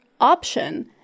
option